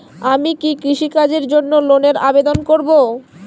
আমি কি কৃষিকাজের জন্য লোনের আবেদন করব?